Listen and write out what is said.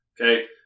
okay